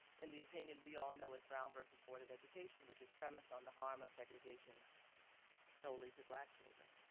in the opinion, we all know is brown versus board of education, which is premised on the harm of segregation solely to black children.